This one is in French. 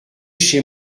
chez